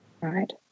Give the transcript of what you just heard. right